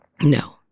No